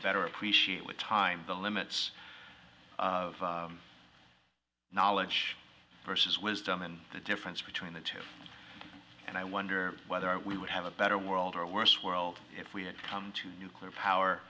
better appreciate with time the limits of knowledge versus wisdom and the difference between the two and i wonder whether we would have a better world or a worse world if we had come to nuclear power